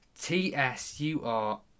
T-S-U-R